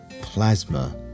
plasma